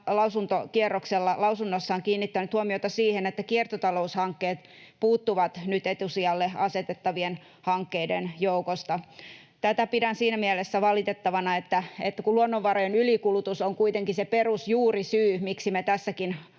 lausunnossaan, kiinnittänyt huomiota siihen, että kiertotaloushankkeet puuttuvat nyt etusijalle asetettavien hankkeiden joukosta. Tätä pidän siinä mielessä valitettavana, että kun luonnonvarojen ylikulutus on kuitenkin se perusjuurisyy, miksi me tässäkin